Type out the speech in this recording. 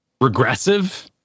regressive